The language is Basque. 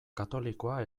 katolikoa